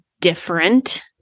different